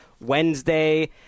Wednesday